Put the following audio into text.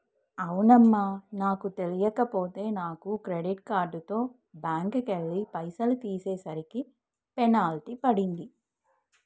అవునమ్మా నాకు తెలియక పోయే నాను క్రెడిట్ కార్డుతో బ్యాంకుకెళ్లి పైసలు తీసేసరికి పెనాల్టీ పడింది